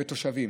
לתושבים,